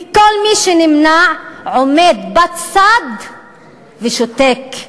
וכל מי שנמנע, עומד בצד ושותק,